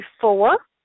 four